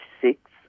six